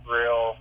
real